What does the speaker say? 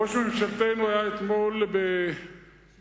ראש ממשלתנו היה אתמול בוושינגטון,